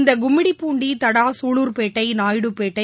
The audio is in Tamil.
இந்த கும்மிடிப்பூண்டி தடா குளுர்பேட்டை நாயுடுபேட்டை